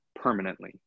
permanently